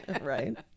Right